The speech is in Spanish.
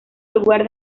lugar